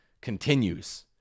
continues